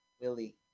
Willie